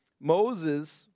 Moses